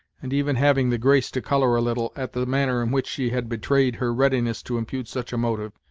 and even having the grace to colour a little, at the manner in which she had betrayed her readiness to impute such a motive.